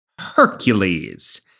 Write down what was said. Hercules